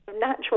Natural